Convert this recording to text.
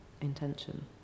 intention